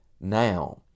now